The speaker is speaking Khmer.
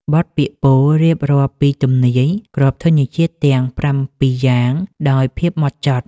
បទពាក្យពោលរៀបរាប់ពីទំនាយគ្រាប់ធញ្ញជាតិទាំងប្រាំពីរយ៉ាងដោយភាពហ្មត់ចត់។